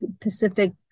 Pacific